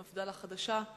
מפד"ל החדשה,